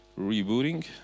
Rebooting